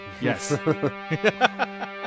Yes